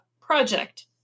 project